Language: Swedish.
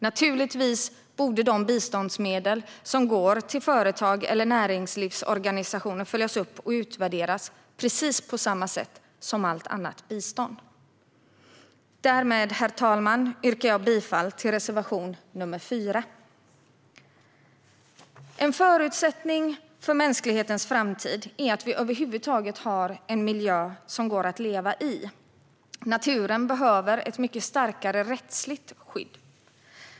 Naturligtvis borde de biståndsmedel som går till företag eller näringslivsorganisationer följas upp och utvärderas precis på samma sätt som annat bistånd. Därmed, herr talman, yrkar jag bifall till reservation 4. En förutsättning för mänsklighetens framtid är att vi över huvud taget har en miljö som går att leva i. Naturen behöver ett mycket starkare rättsligt skydd.